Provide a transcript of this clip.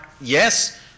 Yes